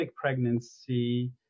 pregnancy